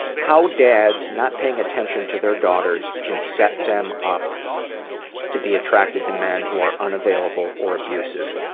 how dad's not paying attention to their daughters can set them up to be attracted to men who are unavailable or abusive.